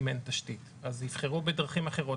אז יבחרו בדרכים אחרות.